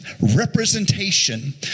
representation